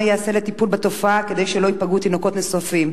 מה ייעשה לטיפול בתופעה כדי שלא ייפגעו תינוקות נוספים?